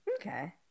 Okay